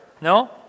No